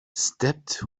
stepped